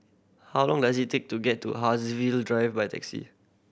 how long does it take to get to Haigsville Drive by taxi